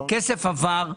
כסף עבר.